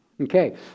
Okay